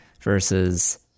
versus